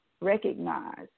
recognize